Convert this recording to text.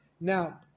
Now